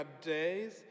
days